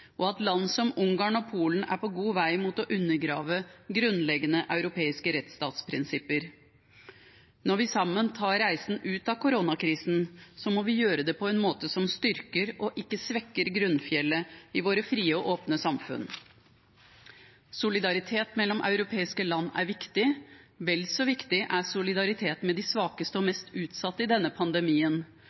og at land som Ungarn og Polen er på god vei mot å undergrave grunnleggende europeiske rettsstatsprinsipper. Når vi sammen tar reisen ut av koronakrisen, må vi gjøre det på en måte som styrker, ikke svekker, grunnfjellet i våre frie og åpne samfunn. Solidaritet mellom europeiske land er viktig. Vel så viktig er solidaritet med de svakeste og mest utsatte i denne pandemien.